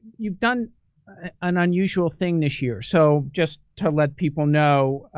you've done an unusual thing this year. so just to let people know,